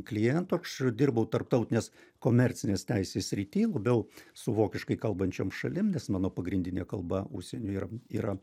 klientų aš ir dirbau tarptautinės komercinės teisės srity labiau su vokiškai kalbančiom šalim nes mano pagrindinė kalba užsienio yra yra